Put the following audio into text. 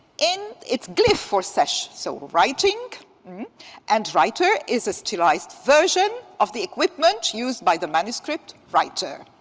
in its glyph for sesh, so writing and writer, is a sterilized version of the equipment used by the manuscript writer.